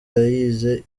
yayize